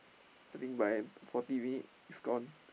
I think by forty minute it's gone